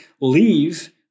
Leave